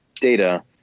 data